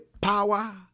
power